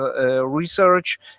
research